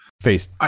face